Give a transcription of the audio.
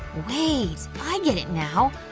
wait, i get it now!